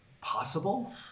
possible